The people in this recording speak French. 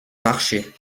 marchait